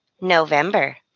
November